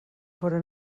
fóra